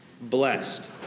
Blessed